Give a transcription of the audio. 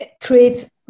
creates